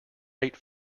rate